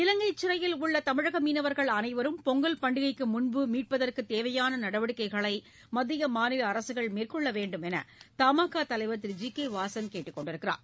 இலங்கை சிறையில் உள்ள தமிழக மீனவர்கள் அனைவரையும் பொங்கல் பண்டிகைக்கு முன்பு மீட்பதற்கு தேவையான நடவடிக்கைகளை மத்திய மாநில அரசுகள் மேற்கொள்ள வேண்டும் என்று தமாகா தலைவர் திரு ஜி கே வாசன் கேட்டுக் கொண்டுள்ளார்